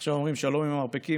עכשיו אומרים שלום עם המרפקים.